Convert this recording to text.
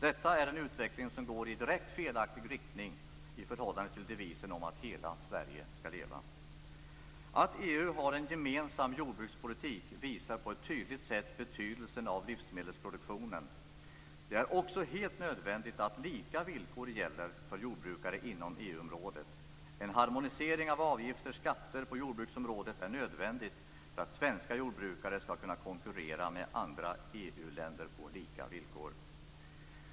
Detta är en utveckling som går i direkt felaktig riktning i förhållande till devisen "Hela Sverige skall leva". Att EU har en gemensam jordbrukspolitik visar på ett klart sätt betydelsen av livsmedelsproduktionen. Det är också helt nödvändigt att lika villkor gäller för jordbrukare inom EU-området. En harmonisering av avgifter/skatter på jordbruksområdet är nödvändig för att svenska jordbrukare skall kunna konkurrera med andra EU-länder på lika villkor.